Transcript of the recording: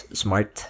smart